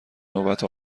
نوبت